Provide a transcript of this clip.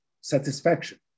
satisfaction